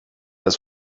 das